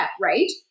Right